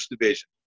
division